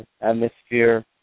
atmosphere